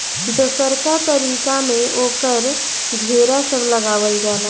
दोसरका तरीका में ओकर घेरा सब लगावल जाला